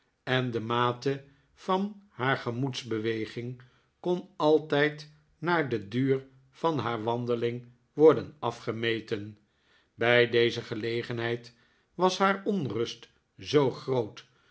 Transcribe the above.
en de mate van haar gemoedsbeweging kon altijd naar den duur van haar wandeling worden afgemeten bij deze gelegenheid was haar onrust zoo groot